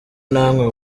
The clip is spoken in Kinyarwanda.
namwe